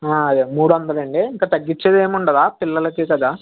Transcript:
మూడు వందలా అండి ఇంక తగ్గించేది ఏమి ఉండదా పిల్లలకి కదా